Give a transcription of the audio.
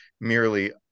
merely